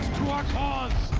to our cause?